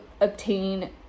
obtain